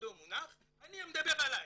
שכבודם במקומם מונח, אני מדבר עלי